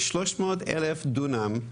יש 300,000 דונם,